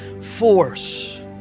force